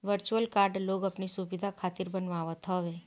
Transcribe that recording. virtual card लोग अपनी सुविधा खातिर बनवावत हवे